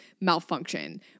malfunction